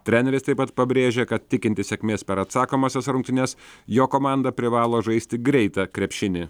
treneris taip pat pabrėžė kad tikintis sėkmės per atsakomąsias rungtynes jo komanda privalo žaisti greitą krepšinį